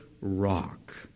rock